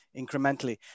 incrementally